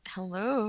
Hello